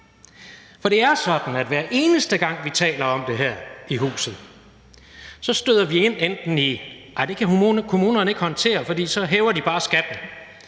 For det er sådan, at hver eneste gang vi taler om det her i huset, så støder vi ind i, at man siger, at det kan kommunerne ikke håndtere, for så hæver de bare skatten.